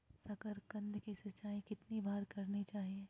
साकारकंद की सिंचाई कितनी बार करनी चाहिए?